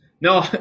No